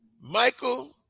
Michael